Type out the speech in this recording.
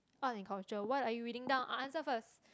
art and culture what are you reading now I answer first